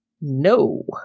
No